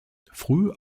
früh